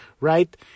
Right